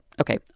Okay